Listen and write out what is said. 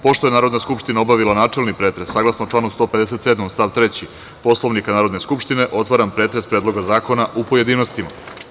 Pošto je Narodna skupština obavila načelni pretres, saglasno članu 157. stav 3. Poslovnika Narodne skupštine, otvaram pretres Predloga zakona u pojedinostima.